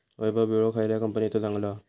वैभव विळो खयल्या कंपनीचो चांगलो हा?